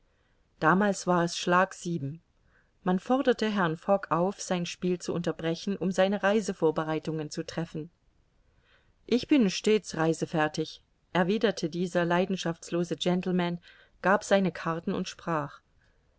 damals war es schlag sieben man forderte herrn fogg auf sein spiel zu unterbrechen um seine reisevorbereitungen zu treffen ich bin stets reisefertig erwiderte dieser leidenschaftslose gentleman gab seine karten und sprach